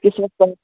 کس وقت تک